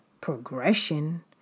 progression